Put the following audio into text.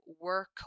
work